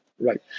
right